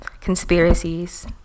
conspiracies